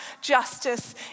justice